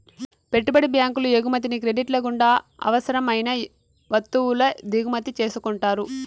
పెట్టుబడి బ్యాంకులు ఎగుమతిని క్రెడిట్ల గుండా అవసరం అయిన వత్తువుల దిగుమతి చేసుకుంటారు